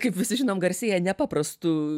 kaip visi žinom garsėja nepaprastu